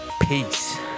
Peace